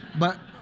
but,